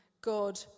God